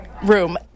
room